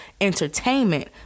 entertainment